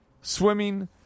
swimming